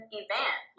event